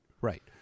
right